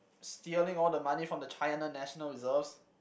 stealing all the money from the China national reserves